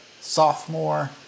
sophomore